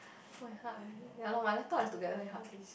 my hard I'm just ya lor my laptop is together with hard disk